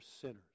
sinners